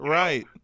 right